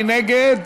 מי נגד?